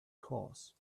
cause